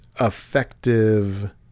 effective